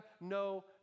no